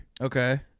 Okay